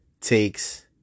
takes